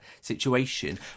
situation